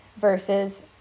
versus